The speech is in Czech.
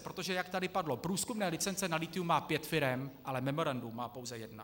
Protože jak tady padlo: průzkumné licence na lithium má pět firem, ale memorandum má pouze jedna.